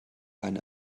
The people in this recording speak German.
eine